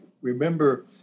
remember